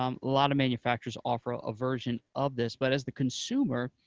um lot of manufacturers offer ah a version of this, but as the consumer,